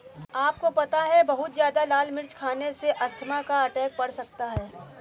आपको पता है बहुत ज्यादा लाल मिर्च खाने से अस्थमा का अटैक पड़ सकता है?